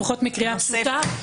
לפחות מקריאה פשוטה,